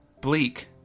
bleak